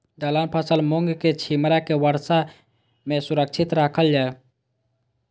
दलहन फसल मूँग के छिमरा के वर्षा में सुरक्षित राखल जाय?